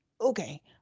okay